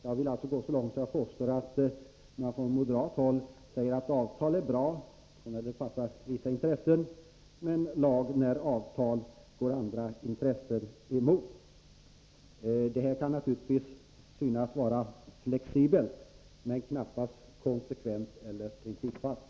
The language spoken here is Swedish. Jag vill gå så långt att jag påstår att man från moderat håll säger att avtal är bra när det passar vissa intressen men att lag är bra när avtal går andra intressen emot. Det här kan naturligtvis synas vara flexibelt, men knappast konsekvent eller principfast.